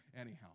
anyhow